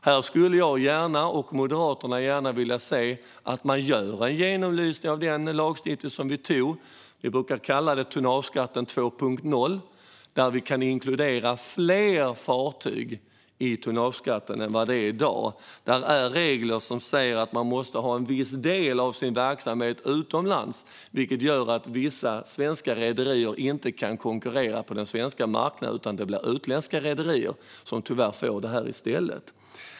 Här skulle jag och Moderaterna gärna vilja se en genomlysning av den lagstiftning som vi antog - vi brukar kalla den tonnageskatt 2.0 - så att fler fartyg kan omfattas av tonnageskatten än i dag. Det finns regler som säger att man måste ha en viss del av sin verksamhet utomlands. Det gör att vissa svenska rederier inte kan konkurrera på den svenska marknaden, så det blir tyvärr utländska rederier i stället.